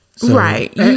Right